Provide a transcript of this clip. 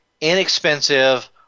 inexpensive